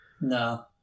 No